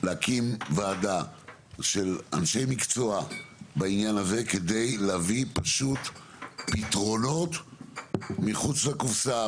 להקים ועדה של אנשי מקצוע בעניין הזה כדי להביא פתרונות מחוץ לקופסה,